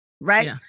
right